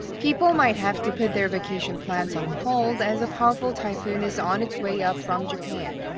people might have to put their vacation plans on hold, as a powerful typhoon is on its way up from japan.